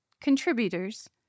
contributors